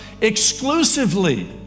exclusively